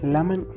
Lemon